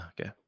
okay